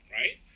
right